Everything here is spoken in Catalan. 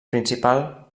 principal